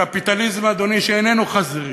בקפיטליזם, אדוני, שאיננו חזירי,